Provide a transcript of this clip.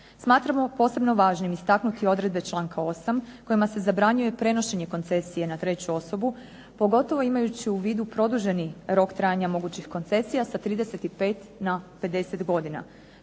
Smatramo posebno važnim istaknuti odredbe članka 8. kojima se zabranjuje prenošenje koncesije na treću osobu, pogotovo imajući u vidu produženi rok trajanja mogućih koncesija sa 35 na 50 godina.